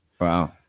Wow